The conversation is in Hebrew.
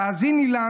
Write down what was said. תאזיני לנו.